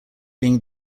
being